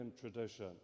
Tradition